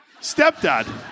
stepdad